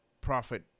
profit